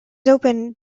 open